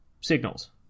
signals